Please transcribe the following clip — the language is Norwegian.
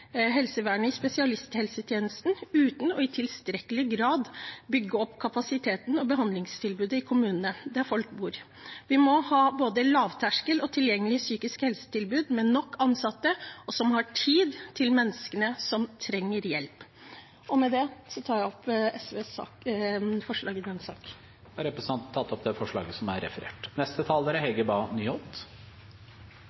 i spesialisthelsetjenesten, uten i tilstrekkelig grad å bygge opp kapasiteten i behandlingstilbudet i kommunene der folk bor. Vi må ha både lavterskeltilbud og tilgjengelig psykisk helsetilbud med nok ansatte, som har tid til menneskene som trenger hjelp. Tvang kan være svært inngripende, og det kan være traumatisk i seg selv og bør unngås så langt det lar seg gjøre. Rødt mener at problemet som